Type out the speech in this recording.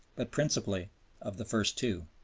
but principally of the first two.